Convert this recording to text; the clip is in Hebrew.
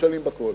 נכשלים בכול.